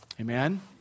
amen